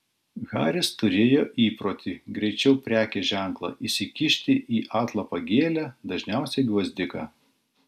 haris turėjo įprotį greičiau prekės ženklą įsikišti į atlapą gėlę dažniausiai gvazdiką